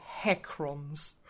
hecrons